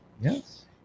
Yes